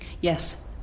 Yes